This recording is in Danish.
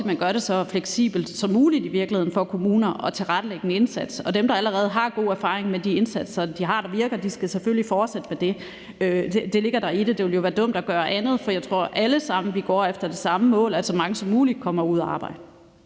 gør det så fleksibelt som muligt for kommunerne at tilrettelægge en indsats. Og dem, der allerede har gode erfaringer med de indsatser, de har, der virker, skal selvfølgelig fortsætte med det. Det ligger der i det. Det ville jo være dumt at gøre andet, for jeg tror, vi alle sammen går efter det samme mål, nemlig at så mange som muligt kommer ud at arbejde.